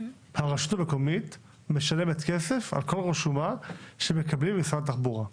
הרשות המקומית משלמת כסף על כל רשומה שהיא מקבלת ממשרד התחבורה.